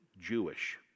Jewish